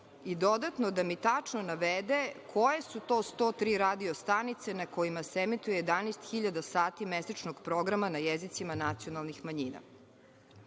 i dodatno da mi tačno navede koje su to 103 radio-stanice na kojima se emituje 11.000 sati mesečnog programa na jezicima nacionalnih manjina. Treće